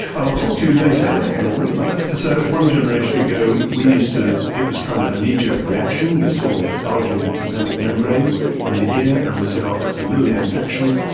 i'll talk to you later, norman, about that! so one generation ago we used to, it was kind of a knee-jerk reaction, we saw bulging tympanic membrane in the ear, and we said ah that's a middle ear infection,